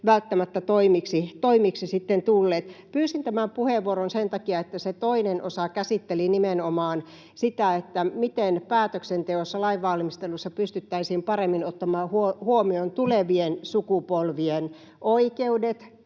välttämättä toimiksi sitten tulleet. Pyysin tämän puheenvuoron sen takia, että se toinen osa käsitteli nimenomaan sitä, miten päätöksenteossa, lainvalmistelussa pystyttäisiin paremmin ottamaan huomioon tulevien sukupolvien oikeudet,